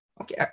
Okay